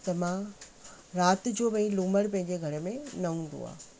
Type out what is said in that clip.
त मां राति जो भई लूमड़ पंहिंजे घर में न हूंदो आहे